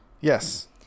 Yes